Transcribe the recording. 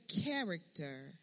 character